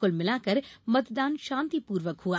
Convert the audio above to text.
कुल मिलाकर मतदान शांतिपूर्वक हुआ